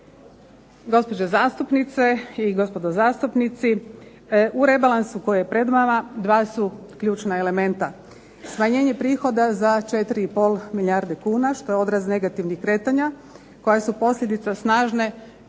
Gospođe zastupnice i gospodo zastupnici, u rebalansu koji je pred vama dva su ključna elementa: smanjenje prihoda za 4,5 milijarde kuna, što je odraz negativnih kretanja koja su posljedica snažne